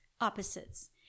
opposites